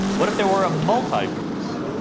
what if there were a multiverse?